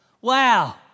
Wow